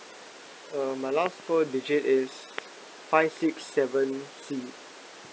uh my last four digit is five six seven C